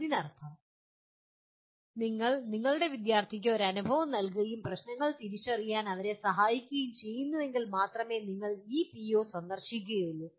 അതിനർത്ഥം നിങ്ങൾ നിങ്ങളുടെ വിദ്യാർത്ഥികൾക്ക് ഒരു അനുഭവം നൽകുകയും പ്രശ്നങ്ങൾ തിരിച്ചറിയാൻ അവരെ സഹായിക്കുകയും ചെയ്യുന്നുവെങ്കിൽ മാത്രമേ നിങ്ങൾ ഈ പിഒ സന്ദർശിക്കുകയുള്ളൂ